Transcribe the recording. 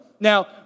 Now